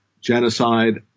genocide